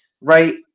right